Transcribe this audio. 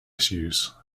issues